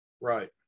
Right